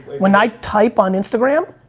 when i type on instagram,